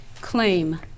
Claim